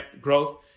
growth